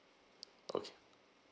okay